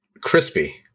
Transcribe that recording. Crispy